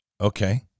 Okay